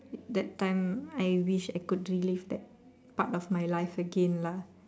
it that time I wish I could relive that part of my life again lah